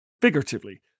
figuratively